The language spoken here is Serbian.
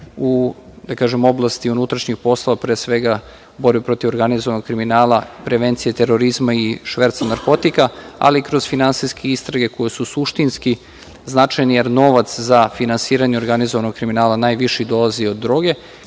saradnja u oblasti unutrašnjih poslova, pre svega u borbi protiv organizovanog kriminala, prevencije terorizma i šverca narkotika, ali i kroz finansijske istrage koje su suštinski značajne, jer novac za finansiranje organizovanog kriminala najviše dolazi od droge,